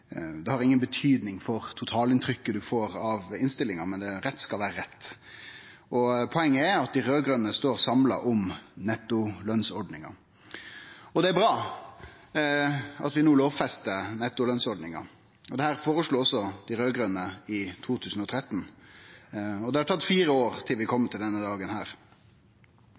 Det har inga betyding for totalinntrykket ein får av innstillinga, men rett skal vere rett. Poenget er at dei raud-grøne står samla om nettolønsordninga. Det er bra at vi no lovfestar nettolønsordninga, dette føreslo også dei raud-grøne i 2013. Det har tatt fire år til vi kom til denne dagen.